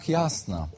jasna